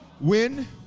win